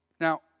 Now